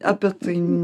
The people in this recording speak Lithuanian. apie tai